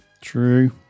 True